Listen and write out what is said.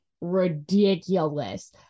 ridiculous